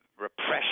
repression